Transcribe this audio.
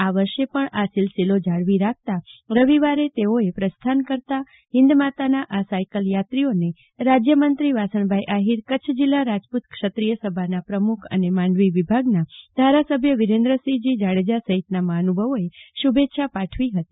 આ વર્ષ પણ આ સીલસીલો જાળવી રાખતા રવિવારે તેઓએ પ્રસ્થાન કરતા હિન્દમાતાના આ સાઇકલચાત્રીઓ રાજ્યમંત્રી વાસણભાઇ આહિર કચ્છ જિલ્લા રાજપૂત ક્ષત્રિયસભાના પ્રમુખ અને મુંદરા માંડવી વિભાગના સભ્ય વિરેન્દ્રસિંહજી જાડેજા સહિતના મહાનુભાવોએ શુભેચ્છા પાઠવી હતી